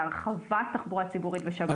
בהרחבת תחבורה ציבורית בשבת.